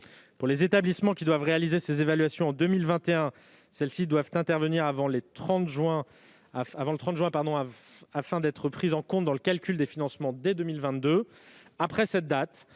ans. Les établissements qui doivent réaliser ces évaluations en 2021 doivent les faire avant le 30 juin afin qu'elles soient prises en compte dans le calcul des financements dès 2022.